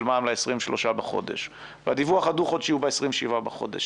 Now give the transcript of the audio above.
מע"מ ל-23 בחודש ואת דיווח הדוחות שיהיו ב-27 בחודש,